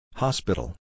Hospital